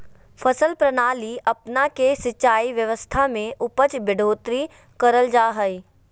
फसल प्रणाली अपना के सिंचाई व्यवस्था में उपज बढ़ोतरी करल जा हइ